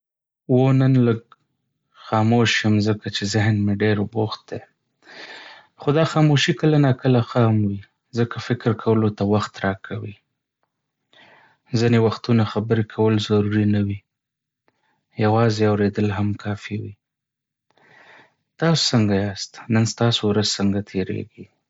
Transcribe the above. هو، نن لږ خاموش یم ځکه چې ذهن مې ډېر بوخت دی. خو دا خاموشي کله نا کله ښه هم وي، ځکه فکر کولو ته وخت راکوي. ځینې وختونه خبرې کول ضروري نه وي، یوازې اوریدل هم کافي وي. تاسو څنګه یاست؟ نن ستاسو ورځ څنګه تېریږي؟